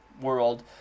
world